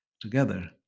together